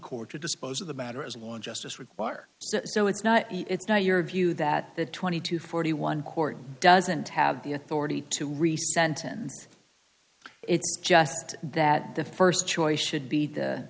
court to dispose of the matter as one justice require so it's not it's not your view that the twenty to forty one court doesn't have the authority to rescind it's just that the first choice should be